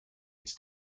its